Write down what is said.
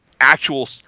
actual